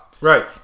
Right